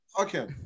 Okay